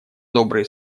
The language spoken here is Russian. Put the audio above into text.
добрые